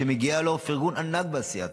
שמגיע לו פרגון ענק על עשייתו,